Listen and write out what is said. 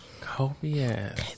Copious